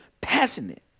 passionate